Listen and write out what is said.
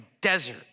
desert